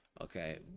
okay